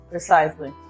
Precisely